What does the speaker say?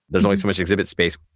there is only so much exhibit space.